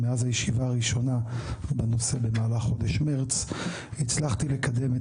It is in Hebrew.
מאז הישיבה הראשונה בנושא במהלך חודש מרץ הצלחתי לקדם את